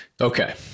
Okay